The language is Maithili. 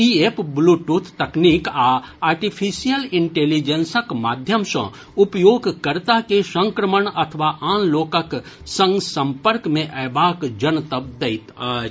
ई एप ब्लूटूथ तकनीक आ आर्टिफिशियल इंटेलिजेंसक माध्यम सँ उपयोगकर्ता के संक्रमण अथवा आन लोकक संग संपर्क मे अयबाक जनतब दैत अछि